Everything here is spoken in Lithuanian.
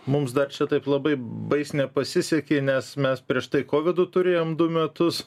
mums dar čia taip labai baisiai nepasisekė nes mes prieš tai kovidu turėjom du metus